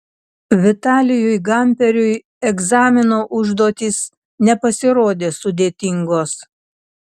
vitalijui gamperiui egzamino užduotys nepasirodė sudėtingos